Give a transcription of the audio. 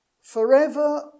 Forever